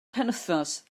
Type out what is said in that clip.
penwythnos